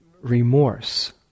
remorse